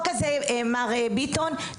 מר ביטון,